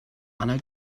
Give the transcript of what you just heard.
anna